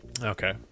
Okay